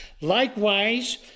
Likewise